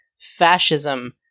fascism